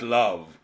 love